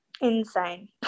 Insane